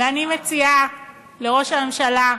ואני מציעה לראש הממשלה,